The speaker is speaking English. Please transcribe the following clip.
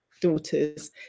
daughters